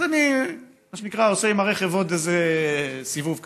אז אני עושה עם הרכב עוד איזה סיבוב קטן.